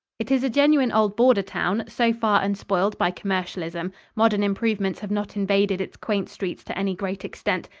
it is a genuine old border town, so far unspoiled by commercialism. modern improvements have not invaded its quaint streets to any great extent,